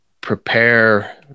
prepare